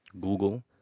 Google